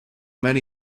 many